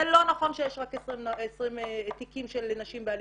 זה לא נכון שיש רק 20 תיקים של נשים באלימות.